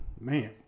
man